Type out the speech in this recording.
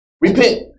Repent